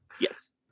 Yes